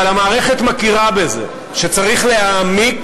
אבל המערכת מכירה בזה שצריך להעמיק